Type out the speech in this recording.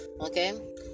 Okay